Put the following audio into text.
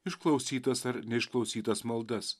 išklausytas ar neišklausytas maldas